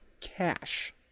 cash